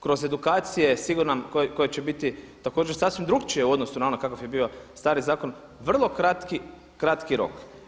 Kroz edukacije, sigurno koji će biti također sasvim drukčiji u odnosu na ono kakav je bio stari zakon, vrlo kratki rok.